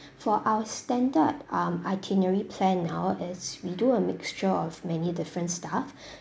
for our standard um itinerary plan now is we do a mixture of many different stuff